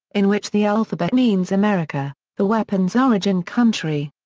in which the alphabet means amerika, the weapons' origin country.